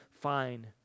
fine